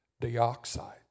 dioxide